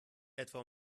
etwa